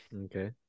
Okay